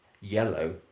Yellow